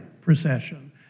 procession